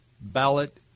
ballot